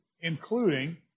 including